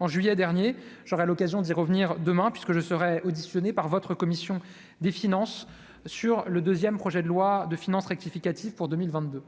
en juillet dernier, j'aurai l'occasion d'y revenir demain puisque je serai auditionné par votre commission des finances sur le 2ème projet de loi de finances rectificative pour 2022